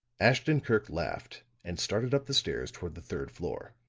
ashton-kirk laughed, and started up the stairs toward the third floor.